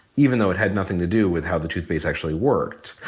even though it had nothing to do with how the toothpaste actually worked.